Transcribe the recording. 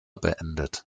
beendet